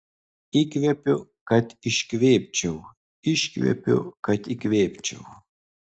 įkvepiu kad iškvėpčiau iškvepiu kad įkvėpčiau